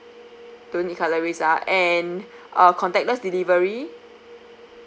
don't need calories ah and ah contactless delivery